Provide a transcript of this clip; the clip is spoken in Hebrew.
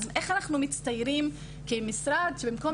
אז איך אנחנו מצטיירים כמשרד שבמקום